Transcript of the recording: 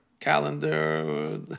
Calendar